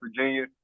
Virginia